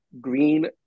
Green